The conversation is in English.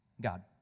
God